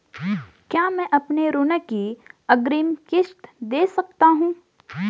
क्या मैं अपनी ऋण की अग्रिम किश्त दें सकता हूँ?